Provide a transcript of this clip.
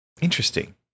Interesting